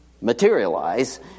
materialize